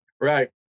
Right